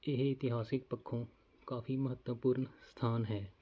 ਇਹ ਇਤਿਹਾਸਿਕ ਪੱਖੋਂ ਕਾਫੀ ਮਹੱਤਵਪੂਰਨ ਸਥਾਨ ਹੈ